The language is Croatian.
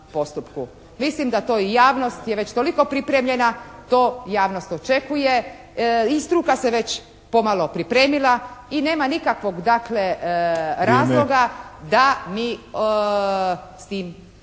Mislim da to i javnost je već toliko pripremljena, to javnost očekuje i struka se već pomalo pripremila i nema nikakvog, dakle, razloga …